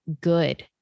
good